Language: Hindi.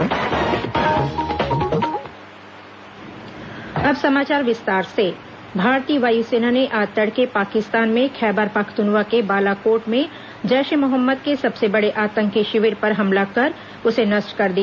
एयर स्ट्राइक भारतीय वायुसेना ने आज तड़के पाकिस्तान में खैबर पखतुन्ख्वा के बालाकोट में जैश ए मोहम्मद के सबसे बड़े आतंकी शिविर पर हमला कर उसे नष्ट कर दिया